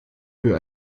für